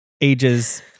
ages